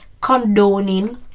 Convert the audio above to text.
condoning